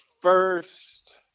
first